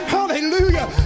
Hallelujah